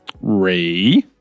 Ray